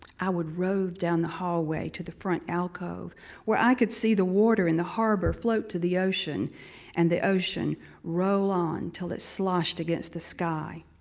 i would rove down the hallway to the front alcove where i could see the water in the harbor float to the ocean and the ocean roll on til it sloshed against the sky.